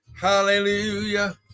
Hallelujah